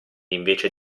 invece